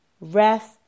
rest